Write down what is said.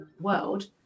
world